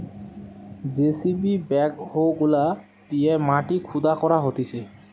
JCB backhoe গুলা দিয়ে মাটি খুদা করা হতিছে